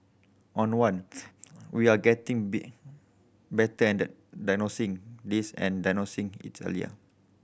on one we are getting better at diagnosing this and diagnosing it earlier